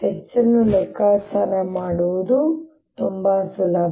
H ಅನ್ನು ಲೆಕ್ಕಾಚಾರ ಮಾಡುವುದು ತುಂಬಾ ಸುಲಭ